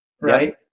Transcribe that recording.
right